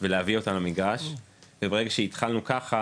ולהביא אותם למגרש, וברגע שהתחלנו ככה